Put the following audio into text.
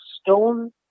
stone